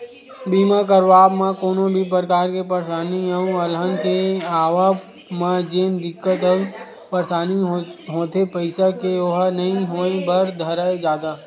बीमा करवाब म कोनो भी परकार के परसानी अउ अलहन के आवब म जेन दिक्कत अउ परसानी होथे पइसा के ओहा नइ होय बर धरय जादा